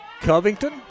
Covington